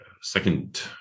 second